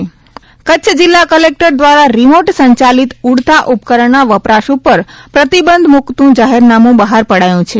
કચ્છ પ્રતિબંધ કચ્છ જિલ્લા કલેકટર દ્વારા રીમોટ સંચાલિત ઉડતા ઉપકરણના વપરાશ ઉપર પ્રતિબંધ મૂકતું જાહેરનામું બહાર પડાયું છે